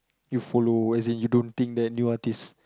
you follow why isn't you don't think that new artists